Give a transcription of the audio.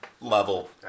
level